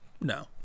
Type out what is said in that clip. no